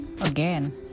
again